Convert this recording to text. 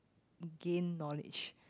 gain knowledge